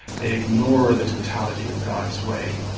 they ignore the totality of god's way.